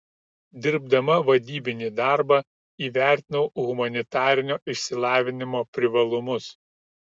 dirbdama vadybinį darbą įvertinau humanitarinio išsilavinimo privalumus